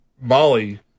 Molly